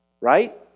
Right